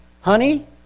honey